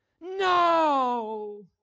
no